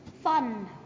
Fun